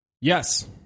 Yes